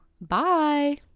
Bye